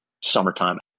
summertime